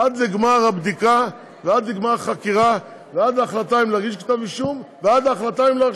עד לגמר הבדיקה ועד לגמר החקירה ועד להחלטה אם להגיש כתב אישום